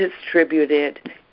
distributed